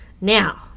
Now